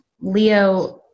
Leo